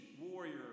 warrior